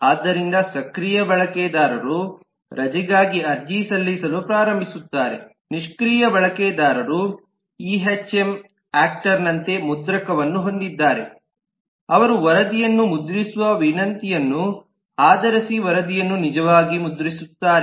ಆದ್ದರಿಂದ ಸಕ್ರಿಯ ಬಳಕೆದಾರರು ರಜೆಗಾಗಿ ಅರ್ಜಿ ಸಲ್ಲಿಸಲು ಪ್ರಾರಂಭಿಸುತ್ತಾರೆ ನಿಷ್ಕ್ರಿಯ ಬಳಕೆದಾರರು ಇಎಚ್ಎಂ ಯಾಕ್ಟರ್ ನಂತೆ ಮುದ್ರಕವನ್ನು ಹೊಂದಿದ್ದಾರೆ ಅವರು ವರದಿಯನ್ನು ಮುದ್ರಿಸುವ ವಿನಂತಿಯನ್ನು ಆಧರಿಸಿ ವರದಿಯನ್ನು ನಿಜವಾಗಿ ಮುದ್ರಿಸುತ್ತಾರೆ